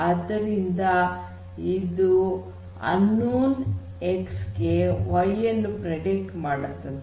ಆದ್ದರಿಂದ ಇದು unknown X ಗೆ Y ಅನ್ನು ಪ್ರೆಡಿಕ್ಟ್ ಮಾಡುತ್ತದೆ